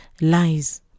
lies